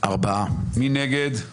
מי נגד?